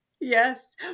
Yes